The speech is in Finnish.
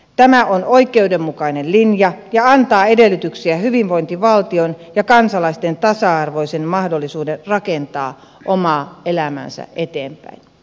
tämä on oikeudenmukainen linja ja antaa edellytyksiä hyvinvointivaltiolle ja kansalaisten tasa arvoiselle mahdollisuudelle rakentaa omaa elämäänsä eteenpäin